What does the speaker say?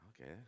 Okay